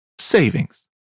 savings